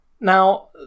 Now